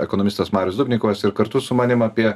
ekonomistas marius dubnikovas ir kartu su manim apie